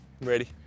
Ready